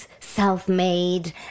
self-made